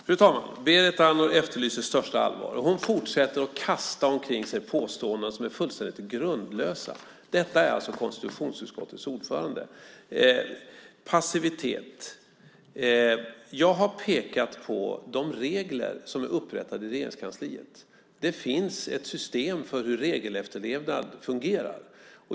Fru talman! Berit Andnor efterlyser största allvar och fortsätter att kasta omkring påståenden som är fullständigt grundlösa. Detta är alltså konstitutionsutskottets ordförande. Apropå passivitet har jag pekat på de regler som är upprättade i Regeringskansliet. Det finns ett system för uppföljningen av hur regelefterlevnad fungerar.